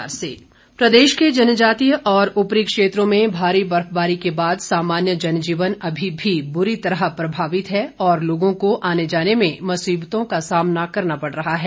मौसम प्रदेश के जनजातीय और ऊपरी क्षेत्रों में भारी बर्फबारी के बाद सामान्य जनजीवन अभी भी बुरी तरह प्रभावित है और लोगों को आने जाने में मुसीबतों का सामना करना पड़ रहा है